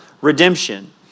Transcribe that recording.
redemption